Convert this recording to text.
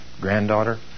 granddaughter